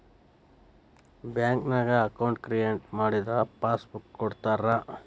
ಬ್ಯಾಂಕ್ನ್ಯಾಗ account create ಮಾಡಿದರ passbook ಕೊಡ್ತಾರಾ